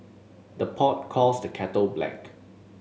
the pot calls the kettle black